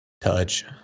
Touch